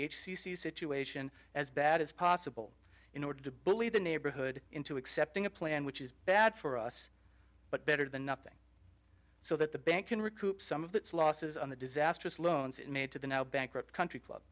c situation as bad as possible in order to bully the neighborhood into accepting a plan which is bad for us but better than nothing so that the bank can recoup some of the losses on the disastrous loans it made to the now bankrupt country club